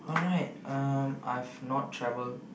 alright um I've not travelled